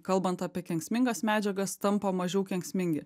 kalbant apie kenksmingas medžiagas tampa mažiau kenksmingi